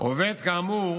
עובד כאמור